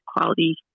quality